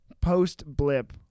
post-blip